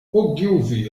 ogilvy